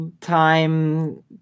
time